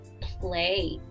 play